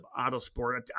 Autosport